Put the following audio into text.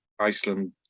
Iceland